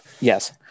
Yes